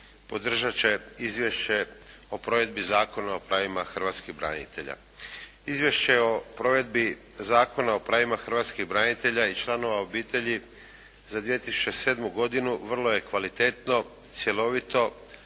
podržat će izvješće o provedbi Zakona o pravima hrvatskih branitelja. Izvješće o provedbi Zakona o pravima hrvatskih branitelja i članova obitelji za 2007. godinu vrlo je kvalitetno, cjelovito,